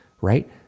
right